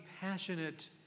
passionate